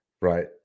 Right